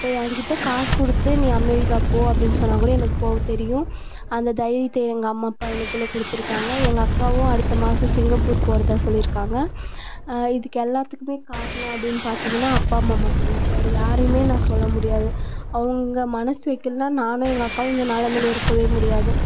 இப்போ எங்கிட்ட காசு கொடுத்து நீ அமெரிக்காவுக்கு போ அப்படின்னு சொன்னால் கூட எனக்கு போக தெரியும் அந்த தைரியத்தை எங்கள் அம்மா அப்பா எனக்குள்ளே கொடுத்துருக்காங்க எங்கள் அக்காவும் அடுத்த மாதம் சிங்கப்பூர் போகிறதா சொல்லியிருக்காங்க இதுக்கு எல்லோத்துக்குமே காரணம் அப்படின்னு பார்த்தீங்கன்னா அப்பா அம்மா மட்டுந்தான் வேறு யாரையுமே நான் சொல்ல முடியாது அவங்க மனது வைக்கலைனா நானும் எங்கள் அக்காவும் இந்த நிலமைல இருக்கவே முடியாது